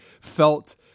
felt